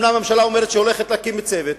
אומנם הממשלה אומרת שהיא הולכת להקים צוות,